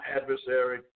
adversary